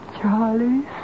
Charlie